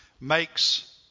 makes